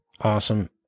awesome